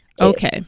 Okay